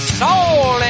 soul